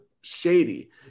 shady